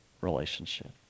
relationship